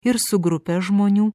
ir su grupe žmonių